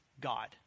God